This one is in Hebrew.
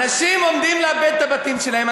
אנשים עומדים לאבד את הבתים שלהם.